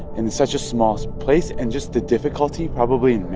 in such a small place and just the difficulty, probably,